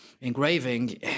Engraving